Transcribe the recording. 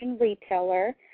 retailer